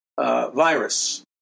virus